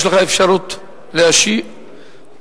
יש לך אפשרות להשיב,